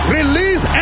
Release